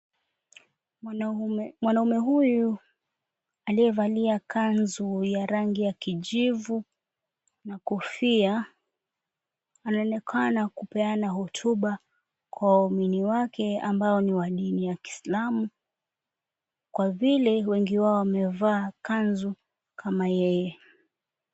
Mwanaume huyu aliyevalia kanzu ya rangi ya kijivu na kofia anaonekana kupeana hotuba kwa waumini wake ambao ni wa dini ya Kiislamu kwa vile wengi wao wamevaa kanzu kama yeye.